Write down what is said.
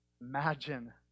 Imagine